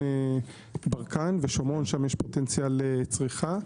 ברקן ושומרון שם יש פוטנציאל לצריכה.